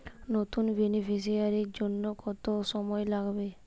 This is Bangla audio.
নতুন বেনিফিসিয়ারি জন্য কত সময় লাগবে?